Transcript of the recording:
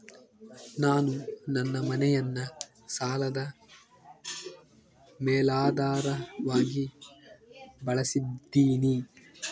ನಾನು ನನ್ನ ಮನೆಯನ್ನ ಸಾಲದ ಮೇಲಾಧಾರವಾಗಿ ಬಳಸಿದ್ದಿನಿ